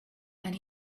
and